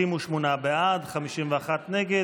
38 בעד, 51 נגד.